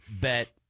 bet